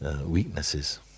weaknesses